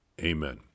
Amen